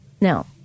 Now